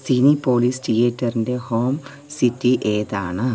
Cinepolis തിയേറ്ററിൻ്റെ home city ഏതാണ്